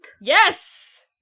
Yes